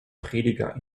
prediger